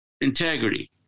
integrity